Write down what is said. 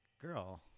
girl